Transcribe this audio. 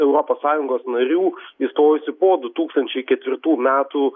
europos sąjungos narių įstojusių po du tūkstančiai ketvirtų metų